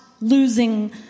losing